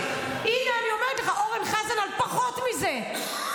אתם מאפשרים לו לדבר